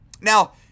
Now